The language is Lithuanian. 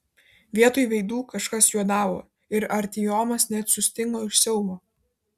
vietoj veidų kažkas juodavo ir artiomas net sustingo iš siaubo